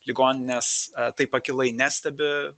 ligoninės taip akylai nestebi